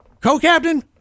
co-captain